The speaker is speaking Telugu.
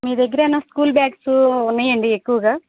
మీ దగ్గర ఏమైనా స్కూల్ బ్యాగ్సు ఉన్నాయండి ఎక్కువగా